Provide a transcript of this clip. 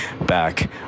back